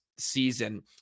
season